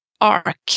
arc